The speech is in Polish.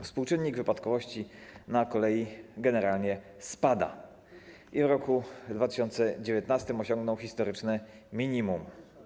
Współczynnik wypadkowości na kolei generalnie spada, w roku 2019 osiągnął historyczne minimum.